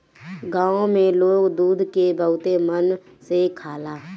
गाँव में लोग दूध के बहुते मन से खाला